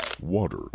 water